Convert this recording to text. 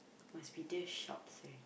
must be there sharp seh